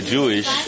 Jewish